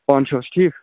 پانہٕ چھِو حظ ٹھیٖک